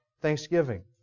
thanksgiving